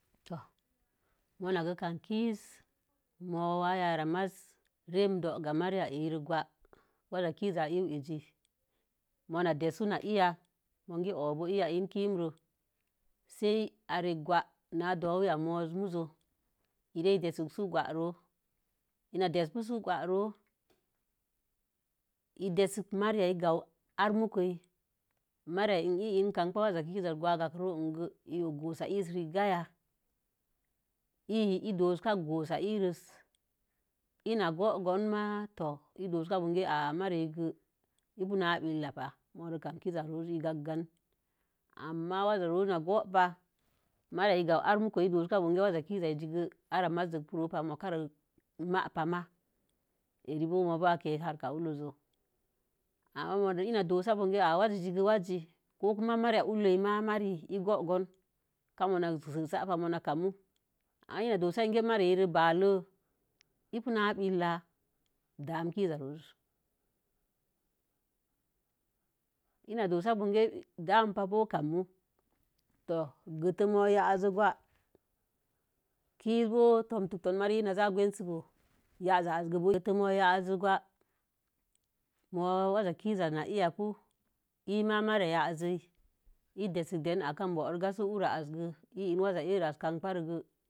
To̱, monagə kam kuz, mo̱o̱ waa yara maz rem do̱ ga mariya eyi rə gwa, waza kiiza a iu ezi, mona de̱su na iya bonge o̱ bo iya in kiimrə sei a reg gwa naa do̱o̱wiya mo̱o̱z muzo ire de̱sək su’ gwa too ina de̱s pu su’ gwa roo, i de̱sik mariya i gau ar mukəi, mariyai n ii in kamkpa waza kiizaz gwaagagrə roo əngə, i og goosa iis rigaya? Fiyi i duoska goosa iirəs, ina go̱'gon maa to̱’ i dooska bonge a'a’ mariyi gə’ ipu naa ɓilla pa morə kam kiiza rooz i gakp gan. Amma waza rooz na go̱'pa, mariya i gau ar mukəi i dooska bonge waza kuza ezigə ara mazzək pu roo pa moo karo ma’ pa maa. Eri boo moo boo a keek harkaa ulləzzə. Ama moode in doosa bonse wazezi gə’ wazzi, koo kuma mariya ulləi maa mari yi i go'go̱n ka mona gɨsən sa'pa mona kamu ama ina doosa inge manyirə baalə ipu naa billa, daam kuza rooz, ina doosa bonge daamə pa boo, kammu. To gətə moo ya'azə gwa, kiz boo tom tok ton mari ina zaa gwensə bo ya'za az gə bo etə moo ya'azə gwa moo waza kuzaz na iya pu, i man mariya ya'azəi i de̱sək den akan bo̱rə ga sə ura azgə ii in waza eerə az kampa rə gə.